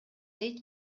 дейт